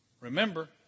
Remember